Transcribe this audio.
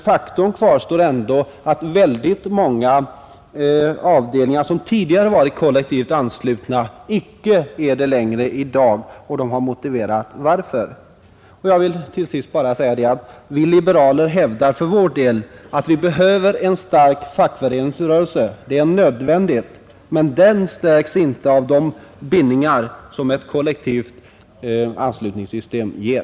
Faktum kvarstår ändå att många avdelningar, som tidigare varit kollektivt anslutna, icke längre är det i dag, och de har motiverat varför. Jag vill till sist bara säga att vi liberaler för vår del hävdar att vi behöver en stark fackföreningsrörelse — det är nödvändigt. Men den stärks inte av de bindningar som ett kollektivt anslutningssystem ger.